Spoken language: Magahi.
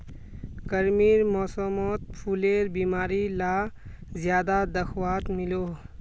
गर्मीर मौसमोत फुलेर बीमारी ला ज्यादा दखवात मिलोह